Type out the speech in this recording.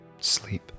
Sleep